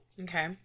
Okay